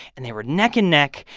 and they were neck and neck.